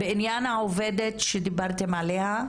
בעניין העובדת שדיברתם עליה,